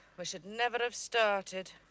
we should never have started.